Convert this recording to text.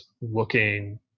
looking